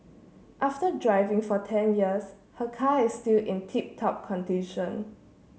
after driving for ten years her car is still in tip top condition